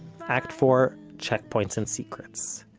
act four checkpoints and secrets.